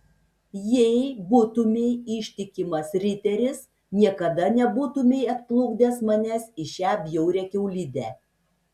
jei būtumei ištikimas riteris niekada nebūtumei atplukdęs manęs į šią bjaurią kiaulidę